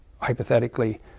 hypothetically